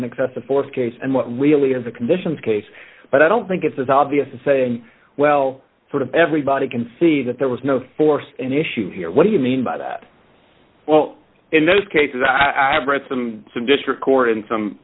excessive force case and what really is the conditions case but i don't think it's as obvious as saying well sort of everybody can see that there was no force an issue here what do you mean by that well in those cases that i've read some some district court and some